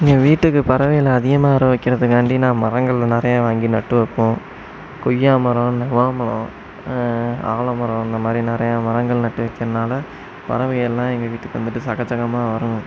என் வீட்டுக்கு பறவைகள் அதிகமாக வர வைக்கிறதுக்காண்டி நான் மரங்கள் நிறையா வாங்கி நட்டு வப்போம் கொய்யா மரம் இல்லைனா வாழை மரம் ஆல மரம் இந்த மாதிரி நிறையா மரங்கள் நட்டு வச்சனால பறவை எல்லாம் எங்கள் வீட்டுக்கு வந்துவிட்டு சகச்சகமாக வரும்